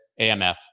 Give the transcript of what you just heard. AMF